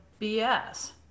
BS